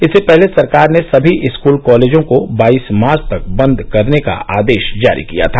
इससे पहले सरकार ने सभी स्कूल कालेजों को बाईस मार्च तक बंद करने का आदेश जारी किया था